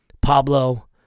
Pablo